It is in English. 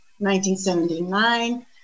1979